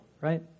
Right